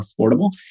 affordable